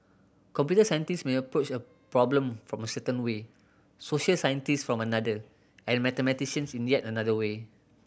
computer scientists may approach a problem from a certain way social scientists from another and mathematicians in yet another way